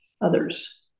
others